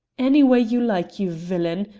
any way you like, you villain.